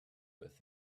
with